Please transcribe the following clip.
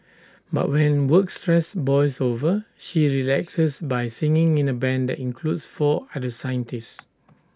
but when work stress boils over she relaxes by singing in A Band that includes four other scientists